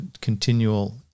continual